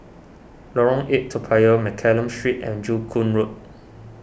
Lorong eight Toa Payoh Mccallum Street and Joo Koon Road